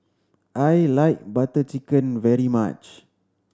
I like Butter Chicken very much